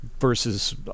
versus